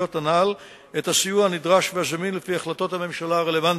ולרשויות הנ"ל את הסיוע הנדרש והזמין לפי החלטות הממשלה הרלוונטיות.